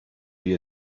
wie